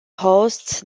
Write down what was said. hosts